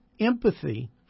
Empathy